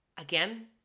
again